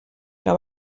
que